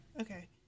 okay